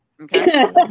Okay